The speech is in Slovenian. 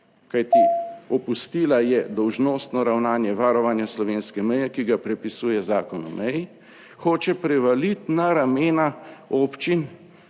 kajti opustila je dolžnostno ravnanje varovanja slovenske meje, ki ga predpisuje Zakon o meji, hoče prevaliti na ramena občin,